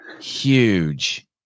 huge